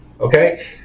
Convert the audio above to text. Okay